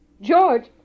George